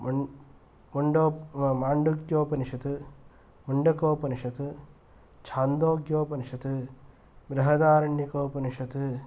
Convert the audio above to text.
मण् मण्डो माण्डूक्योपनिषत् मुण्डकोपनिषत् छान्दोक्योपनिषत् बृहदारण्योपनिषत्